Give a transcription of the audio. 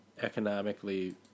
economically